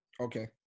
okay